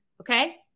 okay